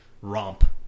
romp